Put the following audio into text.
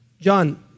John